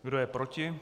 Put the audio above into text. Kdo je proti?